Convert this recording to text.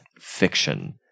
fiction